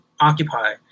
Occupy